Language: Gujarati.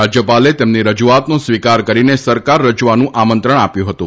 રાજ્યપાલે તેમની રજૂઆતનો સ્વીકાર કરીને સરકાર રચવાનું આમંત્રણ આપ્યું હતું